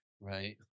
right